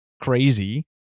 crazy